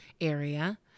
area